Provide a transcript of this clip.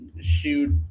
shoot